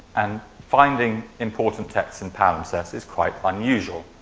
and finding important text in palimpsest is quite unusual.